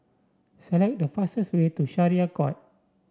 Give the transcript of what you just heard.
select the fastest way to Syariah Court